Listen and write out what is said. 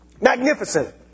Magnificent